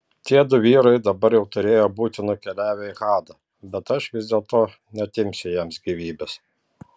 tiedu vyrai dabar jau turėjo būti nukeliavę į hadą bet aš vis dėlto neatimsiu jiems gyvybės